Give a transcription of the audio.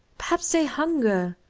perhaps they hunger?